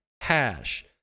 hash